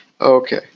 Okay